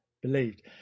believed